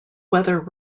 weather